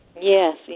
Yes